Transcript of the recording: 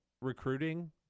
recruiting